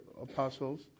apostles